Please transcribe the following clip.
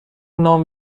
نام